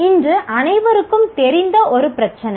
இன்று அனைவருக்கும் தெரிந்த ஒரு பிரச்சினை